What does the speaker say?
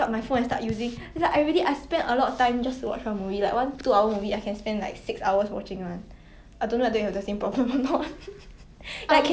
I miss I like very lazy to go back to watch then I just !aiya! miss 就 miss lor I would not want to go back and rewatch certain parts again